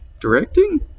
directing